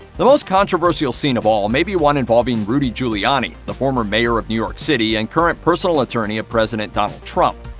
the most controversial scene of all may be one involving rudy giuliani, the former mayor of new york city and current personal attorney of president donald trump.